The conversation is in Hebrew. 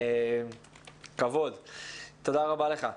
תודה רבה לך.